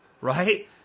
Right